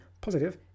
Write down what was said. positive